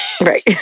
Right